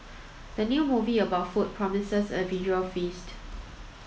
the new movie about food promises a visual feast